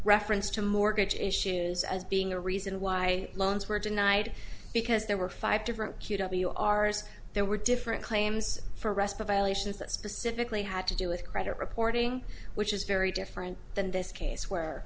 reference to mortgage issues as being a reason why loans were denied because there were five different ours there were different claims for rest of violations that specifically had to do with credit reporting which is very different than this case where